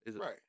Right